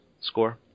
score